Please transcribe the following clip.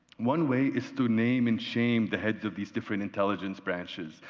one way is to name and shame the heads of these different intelligence branches,